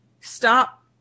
stop